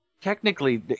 Technically